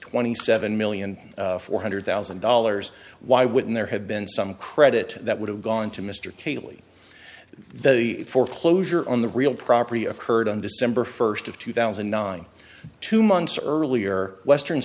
twenty seven million four hundred thousand dollars why wouldn't there have been some credit that would have gone to mr cayley the foreclosure on the real property occurred on december first of two thousand and nine two months earlier western